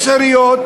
יש עיריות,